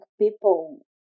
people